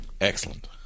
Excellent